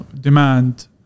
demand